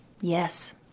Yes